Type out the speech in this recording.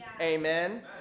Amen